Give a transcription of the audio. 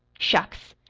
shucks!